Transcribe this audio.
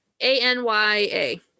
A-N-Y-A